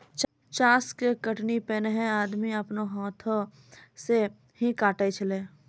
चास के कटनी पैनेहे आदमी आपनो हाथै से ही काटै छेलै